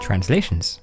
Translations